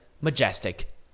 Majestic